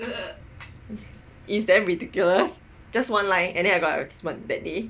it's damn ridiculous just one line and then I got an advertisement that day